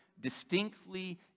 distinctly